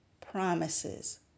promises